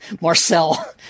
Marcel